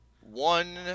one